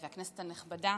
כנסת נכבדה,